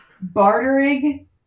Bartering